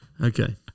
Okay